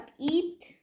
eat